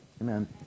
Amen